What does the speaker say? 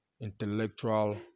intellectual